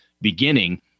beginning